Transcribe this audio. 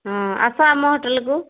ହଁ ଆସ ଆମ ହୋଟେଲକୁ